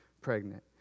pregnant